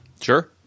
Sure